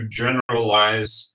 generalize